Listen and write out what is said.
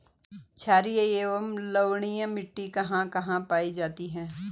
छारीय एवं लवणीय मिट्टी कहां कहां पायी जाती है?